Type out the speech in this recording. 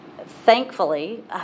Thankfully